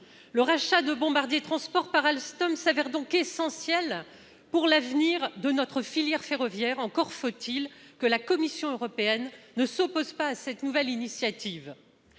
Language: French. Le rachat de Bombardier Transport par Alstom s'avère donc essentiel pour l'avenir de notre filière ferroviaire. Encore faut-il que la Commission européenne ne s'oppose pas à cette nouvelle initiative